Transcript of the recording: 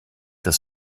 das